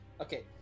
Okay